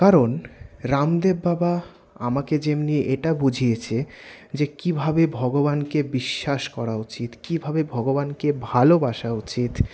কারণ রামদেব বাবা আমাকে যেমনি এটা বুঝিয়েছে যে কীভাবে ভগবানকে বিশ্বাস করা উচিত কীভাবে ভগবানকে ভালোবাসা উচিত